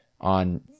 on